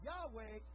Yahweh